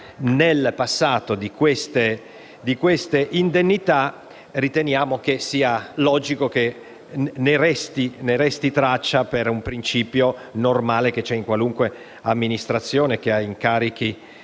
nel passato; riteniamo che sia logico che ne resti traccia per un principio normale che c'è in qualunque amministrazione per cui a incarichi